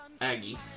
Aggie